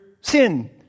sin